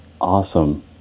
Awesome